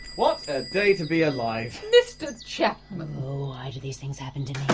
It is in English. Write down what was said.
what a day to be alive! mr chapman! why do these things happen to